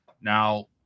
Now